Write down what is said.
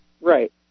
Right